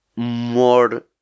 More